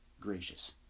gracious